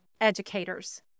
educators